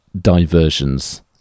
diversions